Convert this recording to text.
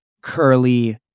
curly